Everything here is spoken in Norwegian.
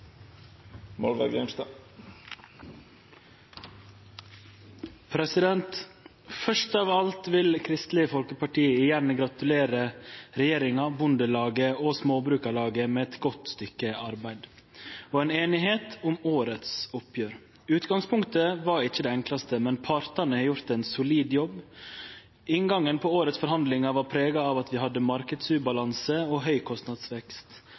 se positivt på. Først av alt vil Kristeleg Folkeparti gjerne gratulere regjeringa, Bondelaget og Norsk Bonde- og Småbrukarlag med eit godt stykke arbeid og einigheit om årets oppgjer. Utgangspunktet var ikkje det enklaste, men partane har gjort ein solid jobb. Inngangen på årets forhandlingar var prega av at vi hadde marknadsubalanse og høg kostnadsvekst.